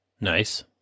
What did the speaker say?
Nice